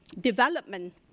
development